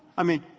i mean,